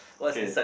okay